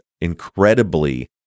incredibly